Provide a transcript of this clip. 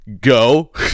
go